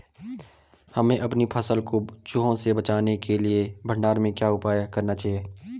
हमें अपनी फसल को चूहों से बचाने के लिए भंडारण में क्या उपाय करने चाहिए?